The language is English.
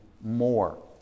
more